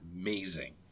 Amazing